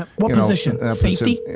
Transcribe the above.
ah what position, safety?